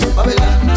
Babylon